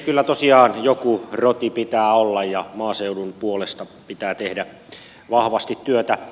kyllä tosiaan joku roti pitää olla ja maaseudun puolesta pitää tehdä vahvasti työtä